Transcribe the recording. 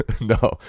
No